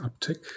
uptick